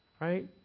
right